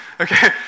Okay